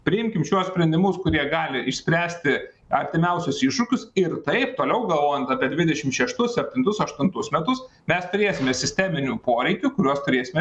priimkim šiuos sprendimus kurie gali išspręsti artimiausius iššūkius ir taip toliau galvojant apie dvidešimt šeštus septintus aštuntus metus mes turėsime sisteminių poreikių kuriuos turėsime